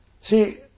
See